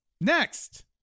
next